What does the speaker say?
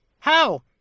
How